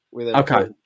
Okay